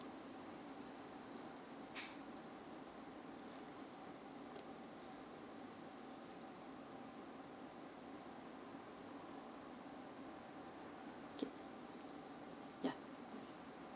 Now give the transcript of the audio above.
okay yeah